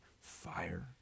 fire